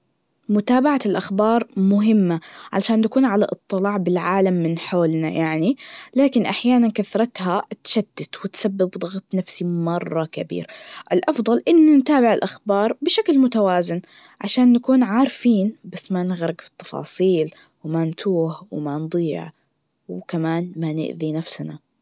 متابعة الأخبار مهمة, علشان نكون على إطلاع بالعالم من حولنا يعني, لكن أحياناً كثرتها تشتت وتسبب ضغط نفسي مرة كبير, الأفضل إنه نتابع الأخبار بشكل متوازن, عشان نكون عارفين بس ما نغرق في التفاصيل, وما نتوه وما نضيع, وكمان ما نأذي نفسنا.